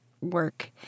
work